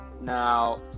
Now